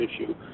issue